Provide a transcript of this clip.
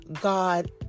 God